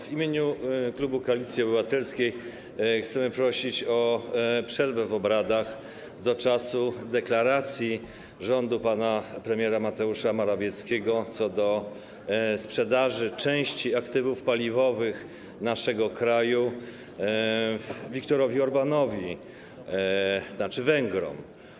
W imieniu klubu Koalicji Obywatelskiej chcemy prosić o przerwę w obradach do czasu deklaracji rządu pana premiera Mateusza Morawieckiego co do sprzedaży części aktywów paliwowych naszego kraju Viktorowi Orbánowi, tzn. Węgrom.